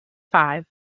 five